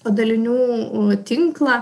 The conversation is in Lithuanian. padalinių tinklą